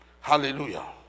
Hallelujah